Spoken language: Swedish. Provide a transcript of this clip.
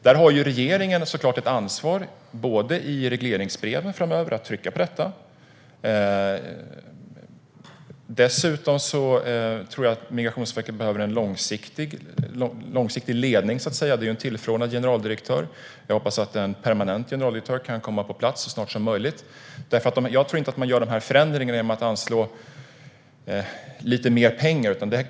Där har regeringen såklart ett ansvar både när det gäller att trycka på detta i regleringsbreven framöver och när det gäller Migrationsverkets behov av en långsiktig ledning. Det är ju en tillförordnad generaldirektör nu. Jag hoppas att en permanent generaldirektör kan komma på plats så snart som möjligt, för jag tror nämligen inte att man gör de här förändringarna bara genom att anslå lite mer pengar.